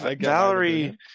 Valerie